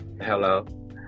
Hello